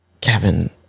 Kevin